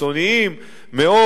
קיצוניים מאוד,